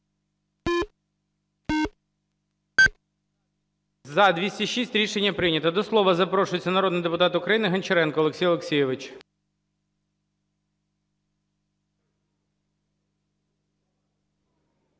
За-206 Рішення прийнято. До слова запрошується народний депутат України Гончаренко Олексій Олексійович.